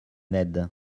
ned